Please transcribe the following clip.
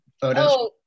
photos